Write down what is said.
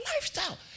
lifestyle